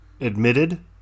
admitted